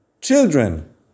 Children